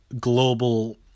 global